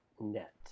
net